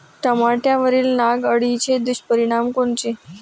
टमाट्यावरील नाग अळीचे दुष्परिणाम कोनचे?